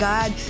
God